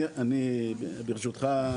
ברשותך,